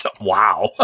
Wow